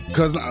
Cause